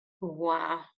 Wow